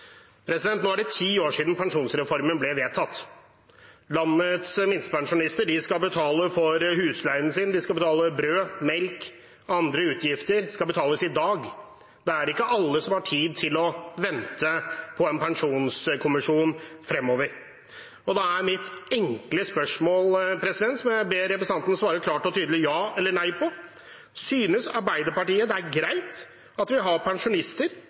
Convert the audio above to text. Nå er det ti år siden pensjonsreformen ble vedtatt. Landets minstepensjonister skal betale for husleien sin, de skal betale brød, melk og andre utgifter. Det skal betales i dag. Det er ikke alle som har tid til å vente på en pensjonskommisjon fremover. Og da er mitt enkle spørsmål, som jeg ber representanten svare klart og tydelig ja eller nei på: Synes Arbeiderpartiet det er greit at vi har pensjonister